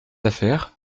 affaires